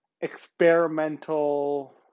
experimental